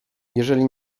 jeżeli